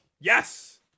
yes